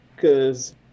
cause